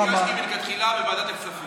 אני ביקשתי מלכתחילה בוועדת הכספים.